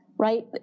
right